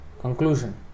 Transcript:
conclusion